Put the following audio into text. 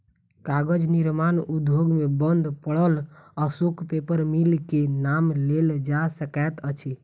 कागज निर्माण उद्योग मे बंद पड़ल अशोक पेपर मिल के नाम लेल जा सकैत अछि